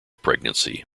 pregnancy